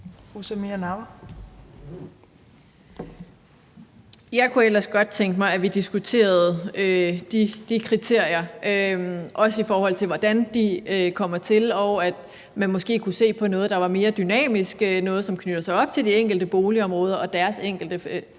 Jeg kunne ellers godt tænke mig, at vi diskuterede de kriterier, også i forhold til hvordan de fremkommer, og at man måske kunne se på noget, der var mere dynamisk, noget, som knytter sig op til de enkelte boligområder, altså